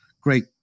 great